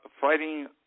fighting